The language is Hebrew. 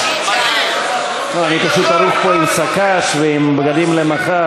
אני ארוז פה עם שק"ש ועם בגדים למחר,